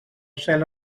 cel